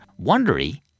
Wondery